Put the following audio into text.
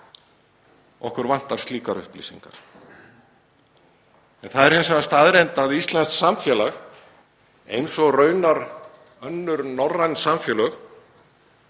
Okkur vantar slíkar upplýsingar. Það er hins vegar staðreynd að íslenskt samfélag, eins og raunar önnur norræn samfélög,